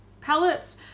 palettes